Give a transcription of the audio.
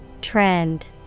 Trend